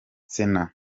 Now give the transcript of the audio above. sena